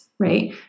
right